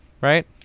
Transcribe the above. right